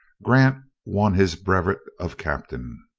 grant won his brevet of captain.